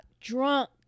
Drunk